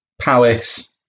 Palace